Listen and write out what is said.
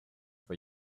for